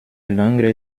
längere